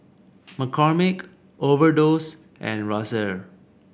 McCormick Overdose and Razer